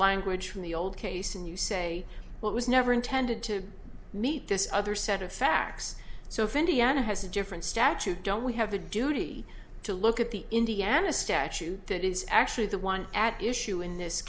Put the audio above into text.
language from the old case and you say what was never intended to meet this other set of facts so if indiana has a different statute don't we have a duty to look at the indiana statute that is actually the one at issue in this